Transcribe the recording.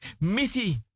Missy